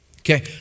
Okay